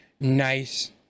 nice